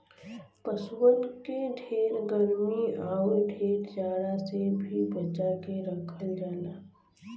पसुअन के ढेर गरमी आउर ढेर जाड़ा से भी बचा के रखल जाला